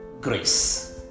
grace